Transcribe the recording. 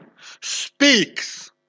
speaks